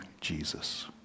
Jesus